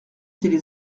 étaient